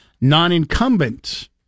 non-incumbent